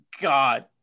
God